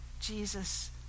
Jesus